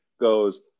goes